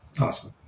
Awesome